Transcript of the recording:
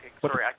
sorry